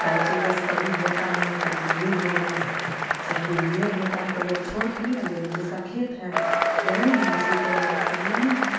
by chance कभी होता हैं कभी नहीं होगा चाहे नहिए होता हैं तो लोग छोड़ थोड़ी ना देगा जिसका खेत हैं जमीन हैं उसमें तो उपजा करना ही है